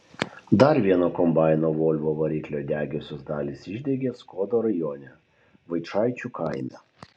dar vieno kombaino volvo variklio degiosios dalys išdegė skuodo rajone vaičaičių kaime